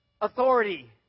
authority